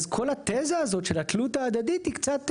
אז כל התזה הזאת של התלות ההדדית היא קצת,